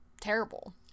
terrible